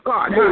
God